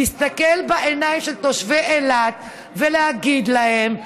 להסתכל בעיניים של תושבי אילת ולהגיד להם: